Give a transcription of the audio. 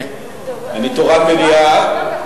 אני תורן מליאה.